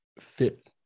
fit